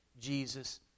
Jesus